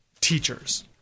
teachers